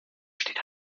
steht